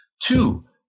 Two